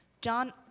John